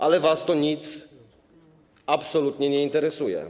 Ale was to absolutnie nie interesuje.